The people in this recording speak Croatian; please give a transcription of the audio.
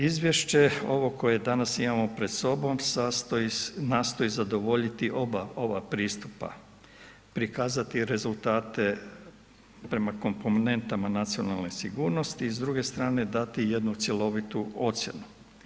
Izvješće ovo koje danas imamo pred sobom nastoji zadovoljiti oba ova pristupa, prikazati rezultate prema komponentama nacionalne sigurnosti, s druge strane dati jednu cjelovitu ocjenu.